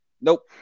Nope